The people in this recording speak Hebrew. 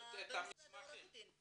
במשרד של עורך הדין.